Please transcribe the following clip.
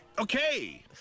Okay